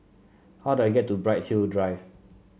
how do I get to Bright Hill Drive